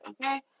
okay